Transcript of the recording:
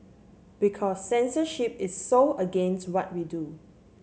because censorship is so against what we do